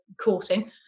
courting